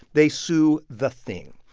they sue the thing.